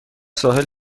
ساحل